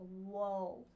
whoa